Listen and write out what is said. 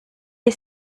est